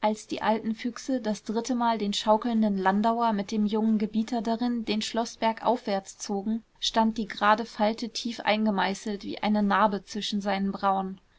als die alten füchse das drittemal den schaukelnden landauer mit dem jungen gebieter darin den schloßberg aufwärts zogen stand die grade falte tief eingemeißelt wie eine narbe zwischen seinen brauen